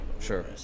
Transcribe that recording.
Sure